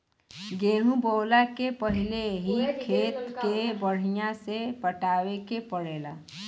गेंहू बोअला के पहिले ही खेत के बढ़िया से पटावे के पड़ेला